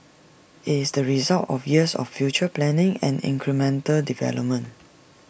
IT is the result of years of future planning and incremental development